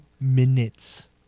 minutes